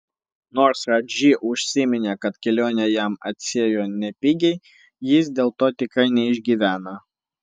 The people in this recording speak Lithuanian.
nors radži užsiminė kad kelionė jam atsiėjo nepigiai jis dėl to tikrai neišgyvena